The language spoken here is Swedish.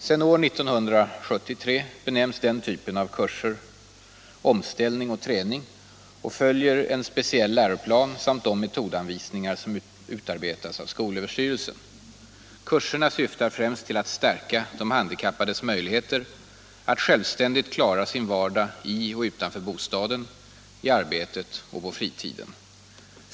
Sedan år 1973 benämns denna typ av kurser omställning och träning och följer en speciell läroplan samt de metodanvisningar som utarbetas av skolöverstyrelsen. Kurserna syftar främst till att stärka de handikappades möjligheter att självständigt klara sin vardag i och utanför bostaden, i arbetet och på fritiden.